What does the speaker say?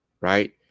Right